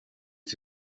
het